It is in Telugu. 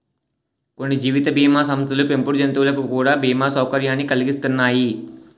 కొన్ని జీవిత బీమా సంస్థలు పెంపుడు జంతువులకు కూడా బీమా సౌకర్యాన్ని కలిగిత్తన్నాయి